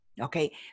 Okay